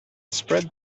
spread